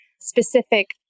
specific